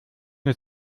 nur